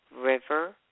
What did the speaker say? River